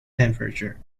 temperature